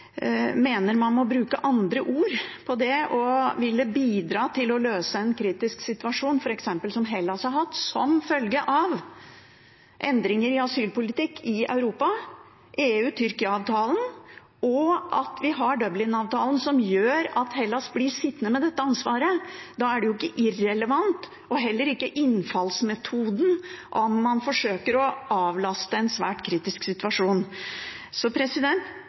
bruke andre ord på det å ville bidra til å løse en kritisk situasjon, som f.eks. Hellas har hatt som følge av endringer i asylpolitikken i Europa, EU–Tyrkia-avtalen, og at vi har Dublinavtalen som gjør at Hellas blir sittende med dette ansvaret. Da er det ikke irrelevant og heller ikke innfallsmetoden når man forsøker å avlaste en svært kritisk situasjon.